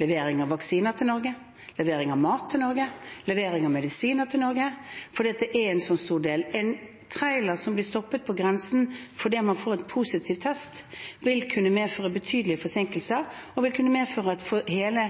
levering av vaksiner til Norge, levering av mat til Norge, levering av medisiner til Norge, for det er en så stor del av det. En trailer som blir stoppet på grensen fordi man får en positiv test, vil kunne medføre betydelige forsinkelser og vil kunne medføre at hele